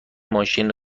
ماشین